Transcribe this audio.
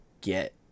get